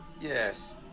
Yes